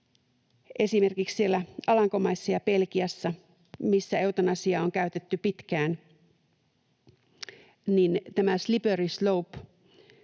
esimerkiksi Alankomaissa ja Belgiassa, missä eutanasiaa on käytetty pitkään, tämä slippery slope,